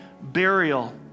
burial